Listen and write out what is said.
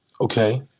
Okay